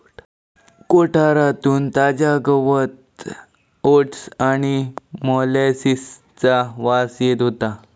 कोठारातून ताजा गवत ओट्स आणि मोलॅसिसचा वास येत होतो